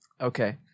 Okay